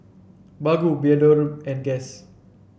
Baggu Bioderma and Guess